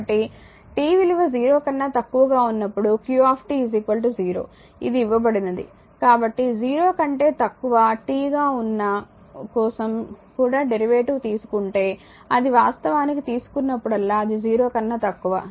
కాబట్టి t విలువ 0 కన్నా తక్కువగా ఉన్నప్పుడు q 0 ఇది ఇవ్వవబడినది కాబట్టి 0 కంటే తక్కువ t గా ఉన్న కోసం కూడా డెరివేటివ్ తీసుకుంటే అది వాస్తవానికి తీసుకున్నప్పుడల్లా అది 0 కన్నా తక్కువ